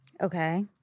Okay